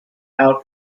out